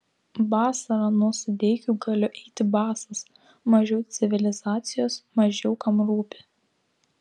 vasarą nuo sudeikių galiu eiti basas mažiau civilizacijos mažiau kam rūpi